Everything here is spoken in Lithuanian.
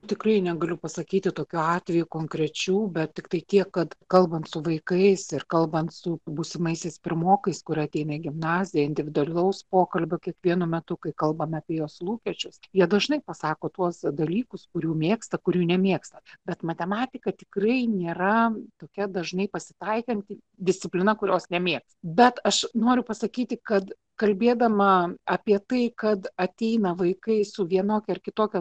tikrai negaliu pasakyti tokių atvejų konkrečių bet tiktai tiek kad kalbant su vaikais ir kalbant su būsimaisiais pirmokais kur ateina į gimnaziją individualaus pokalbio kiekvienu metu kai kalbame apie jos lūkesčius jie dažnai pasako tuos dalykus kurių mėgsta kurių nemėgsta bet matematika tikrai nėra tokia dažnai pasitaikanti disciplina kurios nemėgs bet aš noriu pasakyti kad kalbėdama apie tai kad ateina vaikai su vienokia ar kitokia